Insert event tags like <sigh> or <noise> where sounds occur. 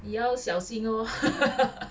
你要小心哦 <laughs>